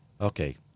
Okay